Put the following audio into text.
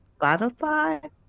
Spotify